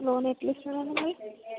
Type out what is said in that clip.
loan ఎట్లా ఇస్తారండి మీ